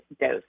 dose